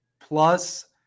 plus